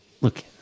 look